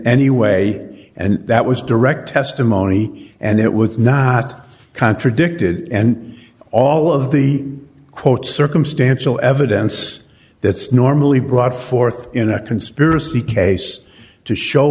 anyway and that was direct testimony and it was not contradicted and all of the quote circumstantial evidence that's normally brought forth in a conspiracy case to show